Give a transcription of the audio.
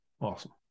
awesome